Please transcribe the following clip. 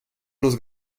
los